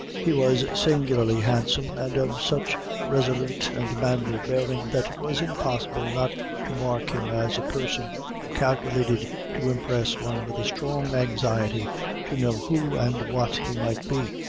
he was singularly handsome, and of such resolute and manly bearing, that it was impossible not to mark him as a person calculated to impress one with a strong anxiety to know who and what he might be.